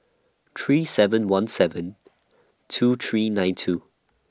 three seven one seven two three nine two